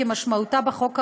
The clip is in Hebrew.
"כמשמעותו בחוק האמור.